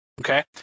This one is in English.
Okay